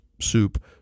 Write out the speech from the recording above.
soup